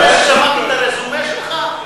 אחרי ששמעתי את הרזומה שלך,